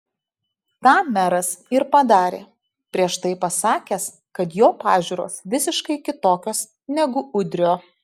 tą meras ir padarė prieš tai pasakęs kad jo pažiūros visiškai kitokios negu udrio